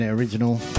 original